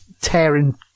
tearing